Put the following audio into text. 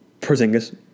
Porzingis